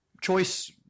Choice